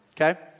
okay